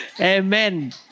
Amen